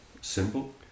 simple